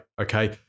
okay